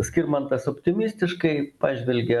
skirmantas optimistiškai pažvelgia